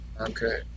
Okay